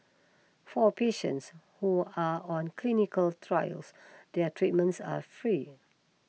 for patients who are on clinical trials their treatments are free